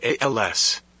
ALS